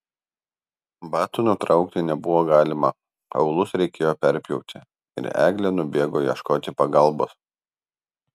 batų nutraukti nebuvo galima aulus reikėjo perpjauti ir eglė nubėgo ieškoti pagalbos